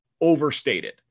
overstated